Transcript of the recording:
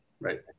right